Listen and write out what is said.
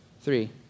three